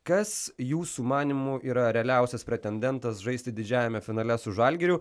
kas jūsų manymu yra realiausias pretendentas žaisti didžiajame finale su žalgiriu